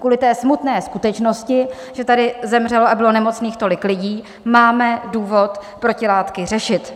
Kvůli té smutné skutečnosti, že tady zemřelo a bylo nemocných tolik lidí, máme důvod protilátky řešit.